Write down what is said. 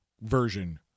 version